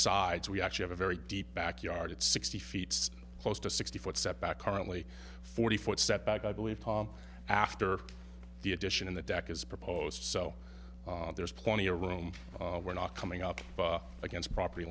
sides we actually have a very deep back yard at sixty feet close to sixty foot setback currently forty foot setback i believe after the addition of the deck is proposed so there's plenty of room we're not coming up against property